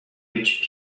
which